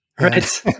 right